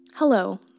Hello